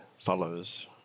follows